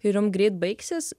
ir jum greit baigsis